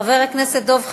חבר הכנסת דב חנין,